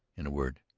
in a word,